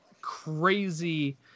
crazy